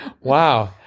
Wow